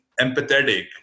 empathetic